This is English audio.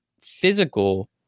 physical